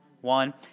One